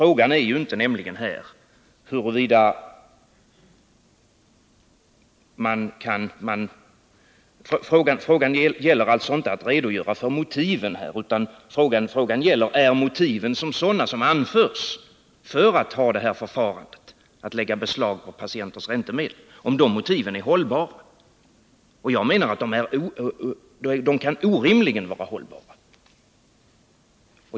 Vad det gäller här är inte att redogöra för motiven, utan frågan gäller: Är motiven som anförts för att man tillämpar förfarandet att lägga beslag på patienters räntemedel hållbara? Jag menar att de inte rimligen kan vara hållbara.